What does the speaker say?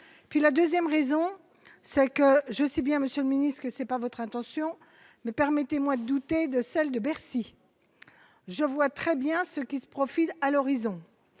la 2ème raison c'est que je sais bien, Monsieur le Ministre, que c'est pas votre intention, mais permettez-moi de douter, de celle de Bercy, je vois très bien ce qui se profile à l'horizon,